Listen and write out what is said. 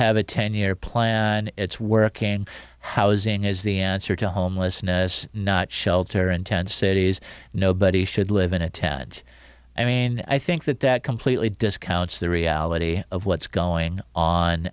have a ten year plan and it's working housing is the answer to homelessness not shelter in tent cities nobody should live in a tent i mean i think that that completely discounts the reality of what's going on